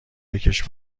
بکـش